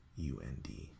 und